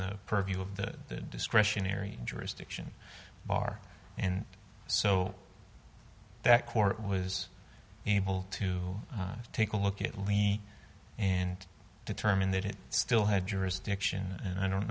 the purview of the discretionary jurisdiction bar and so that court was able to take a look at levy and determine that it still had jurisdiction and i don't